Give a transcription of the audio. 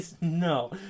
No